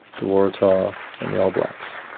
the waratah and the all blacks.